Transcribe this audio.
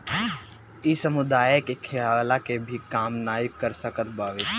इ समुदाय के खियवला के भी काम नाइ कर सकत हवे